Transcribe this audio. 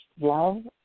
love